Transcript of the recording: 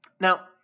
Now